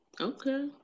Okay